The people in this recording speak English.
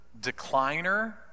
decliner